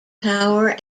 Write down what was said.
power